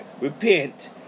repent